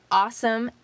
awesome